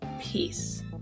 peace